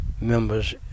members